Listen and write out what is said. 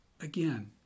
Again